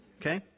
Okay